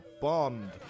Bond